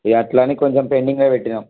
ఇగా అలా అని కొంచెం పెండింగ్లో పెట్టాము